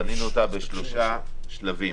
בנינו אותה בשלושה שלבים.